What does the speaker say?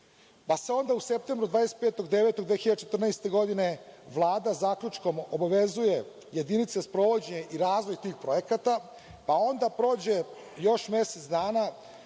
pa se onda u septembru 25.9.2014. godine Vlada zaključkom obavezuje jedinice, sprovođenje i razvoj tih projekata, pa onda prođe još mesec dana